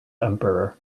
emperor